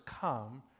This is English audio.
come